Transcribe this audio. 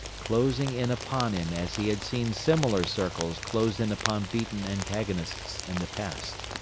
closing in upon him as he had seen similar circles close in upon beaten antagonists in the past.